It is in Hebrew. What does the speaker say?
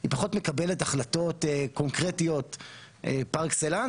היא פחות מקבלת החלטות קונקרטיות פר-אקסלנס,